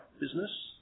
business